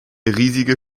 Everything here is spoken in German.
riesige